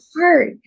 heart